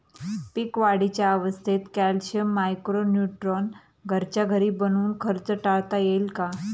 पीक वाढीच्या अवस्थेत calcium, micro neutron घरच्या घरी बनवून खर्च टाळता येईल का?